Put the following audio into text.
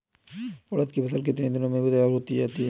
उड़द की फसल कितनी दिनों में तैयार हो जाती है?